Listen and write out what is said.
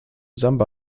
samba